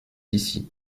ici